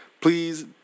Please